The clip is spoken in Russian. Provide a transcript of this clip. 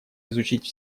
изучить